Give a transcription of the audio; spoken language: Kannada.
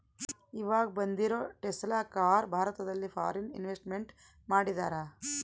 ಈವಾಗ ಬಂದಿರೋ ಟೆಸ್ಲಾ ಕಾರ್ ಭಾರತದಲ್ಲಿ ಫಾರಿನ್ ಇನ್ವೆಸ್ಟ್ಮೆಂಟ್ ಮಾಡಿದರಾ